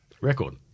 Record